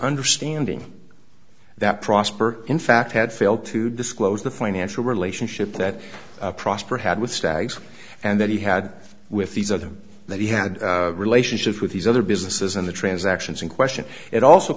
understanding that prosper in fact had failed to disclose the financial relationship that prosper had with stags and that he had with these other that he had relationships with these other businesses in the transactions in question it also